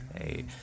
Hey